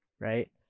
right